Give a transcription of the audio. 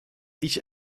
ich